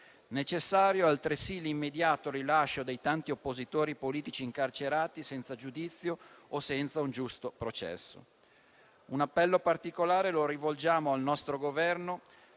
Necessario, altresì, l'immediato rilascio dei tanti oppositori politici incarcerati senza giudizio o senza un giusto processo. Un appello particolare lo rivolgiamo al nostro Governo,